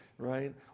right